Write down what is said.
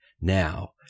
now